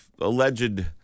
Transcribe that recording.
alleged